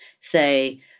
say